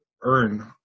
earn